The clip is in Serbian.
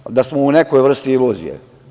Nemoj da smo u nekoj vrsti iluzije.